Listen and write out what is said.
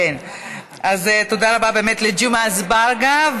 אז תודה רבה לג'מעה אזברגה.